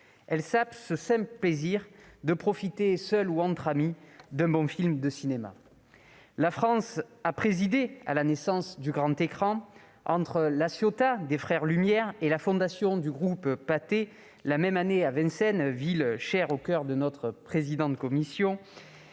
Elle sape ce plaisir simple de profiter, seul ou entre amis, d'un bon film. La France a présidé à la naissance du grand écran, entre La Ciotat des frères Lumière et la fondation du groupe Pathé la même année à Vincennes, ville chère au coeur de notre président de commission.